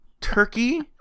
turkey